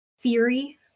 theory